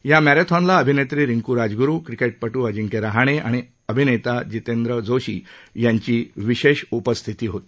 या मॅरेथॉनला अभिनेत्री रिंकू राजग्रु क्रिके पपू अजिंक्य रहाणे आणि अभिनेता जितेंद्र जोशी यांची उपस्थिती होती